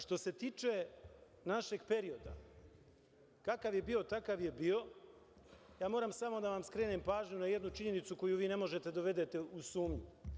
Što se tiče našeg perioda, kakav je bio takav je bio, moram samo da vam skrenem pažnju na jednu činjenicu koju vi ne možete da dovedete u sumnju.